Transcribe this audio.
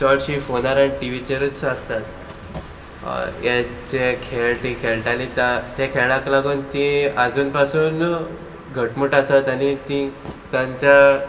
चडशीं फोनार आनी टिवीचेरूच आसतात हे जे खेळटी खेळटाली ते खेळाक लागून ती आजून पासून घटमूट आसात आनी ती तांच्या